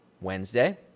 Wednesday